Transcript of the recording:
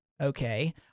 okay